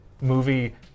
movie